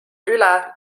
üle